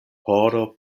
horo